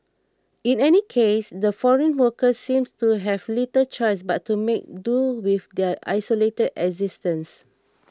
in any case the foreign workers seem to have little choice but to make do with their isolated existence